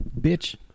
bitch